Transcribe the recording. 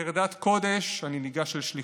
בחרדת קודש אני ניגש לשליחותי.